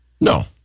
No